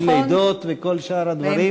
לידות וכל שאר הדברים.